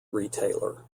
retailer